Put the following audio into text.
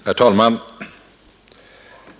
Herr talman!